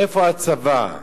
איפה הצבא?